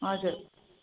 हजुर